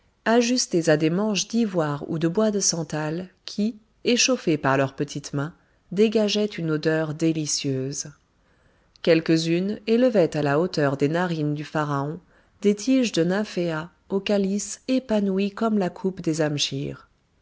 ajustées à des manches d'ivoire ou de bois de santal qui échauffé par leurs petites mains dégageait une odeur délicieuse quelques-unes élevaient à la hauteur des narines du pharaon des tiges de nymphæa au calice épanoui comme la coupe des